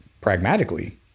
pragmatically